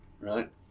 right